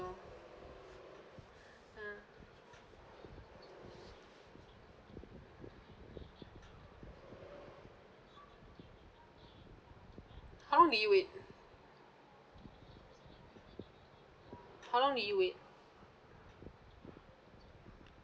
uh how long did you wait how long did you wait